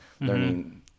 learning